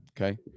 Okay